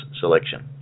selection